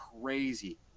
Crazy